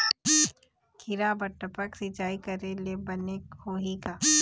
खिरा बर टपक सिचाई करे ले बने होही का?